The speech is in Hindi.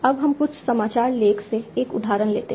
अब हम कुछ समाचार लेख से 1 उदाहरण लेते हैं